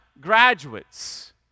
graduates